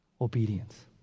obedience